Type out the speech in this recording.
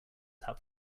have